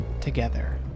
together